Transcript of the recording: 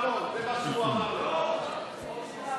בשבוע הבא,